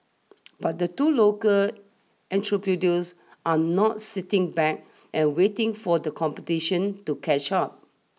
but the two local entrepreneurs are not sitting back and waiting for the competition to catch up